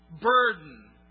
burden